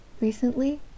Recently